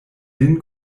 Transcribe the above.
lin